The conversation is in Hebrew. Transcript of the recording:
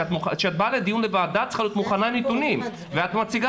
כשאת באה לדיון בוועדה את צריכה להיות מוכנה עם נתונים ואת מציגה